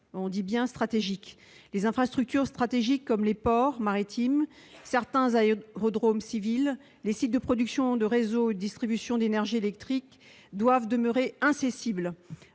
infrastructure stratégique. Les infrastructures stratégiques, comme les ports maritimes, certains aérodromes civils et les sites de production, de réseau et de distribution d'énergie électrique, doivent demeurer incessibles.